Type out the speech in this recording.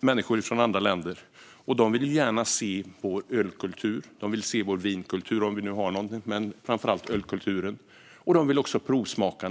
Människor från andra länder som kommer hit vill gärna se vår ölkultur. De vill även se vår vinkultur, om vi nu har någon, men det gäller framför allt ölkulturen. De vill naturligtvis också provsmaka.